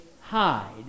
hide